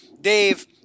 Dave